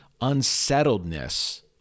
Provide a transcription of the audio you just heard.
unsettledness